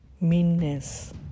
meanness